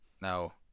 Now